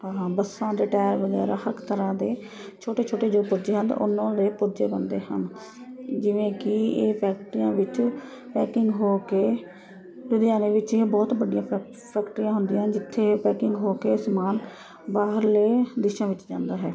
ਹਾਂਹਾਂ ਬੱਸਾਂ ਦੇ ਟੈਰ ਵਗੈਰਾ ਹਰ ਤਰ੍ਹਾਂ ਦੇ ਛੋਟੇ ਛੋਟੇ ਜੋ ਪੁਰਜੇ ਹਨ ਉਹਨਾਂ ਦੇ ਪੁਰਜੇ ਬਣਦੇ ਹਨ ਜਿਵੇਂ ਕਿ ਇਹ ਫੈਕਟਰੀਆਂ ਵਿੱਚੋਂ ਪੈਕਿੰਗ ਹੋ ਕੇ ਲੁਧਿਆਣੇ ਵਿੱਚ ਇਹ ਬਹੁਤ ਵੱਡੀਆਂ ਫੈਕ ਫੈਕਟਰੀਆਂ ਹੁੰਦੀਆਂ ਜਿੱਥੇ ਪੈਕਿੰਗ ਹੋ ਕੇ ਇਹ ਸਮਾਨ ਬਾਹਰਲੇ ਦੇਸ਼ਾਂ ਵਿੱਚ ਜਾਂਦਾ ਹੈ